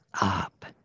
up